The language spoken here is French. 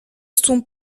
sont